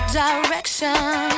direction